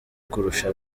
kurusha